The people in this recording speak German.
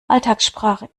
alltagssprache